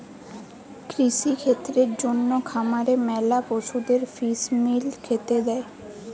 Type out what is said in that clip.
কৃষিক্ষেত্রের জন্যে খামারে ম্যালা পশুদের ফিস মিল খেতে দে